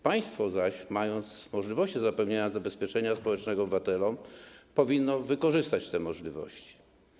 Państwo zaś, mając możliwości zapewnienia zabezpieczenia społecznego obywatelom, powinno wykorzystać te możliwości.